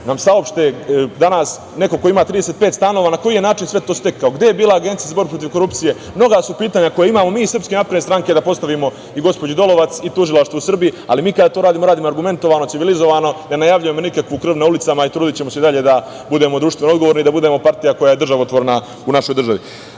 saopšte danas, neko ko ima 35 stanova na koji način je sve to stekao. Gde je bila Agencija za borbu protiv korupcije? Mnoga su pitanja koja imamo mi iz SNS, da postavimo i gospođi Dolovac, i tužilaštvu Srbije, ali mi kada to radimo, radimo argumentovano, civilizovano, ne najavljujemo nikakvu krv na ulicama i trudićemo se i dalje da budemo društveno odgovorni, da budemo partija koja je državotvorna u našoj državi. Mnogo